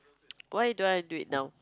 why do I have to do it now